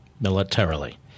militarily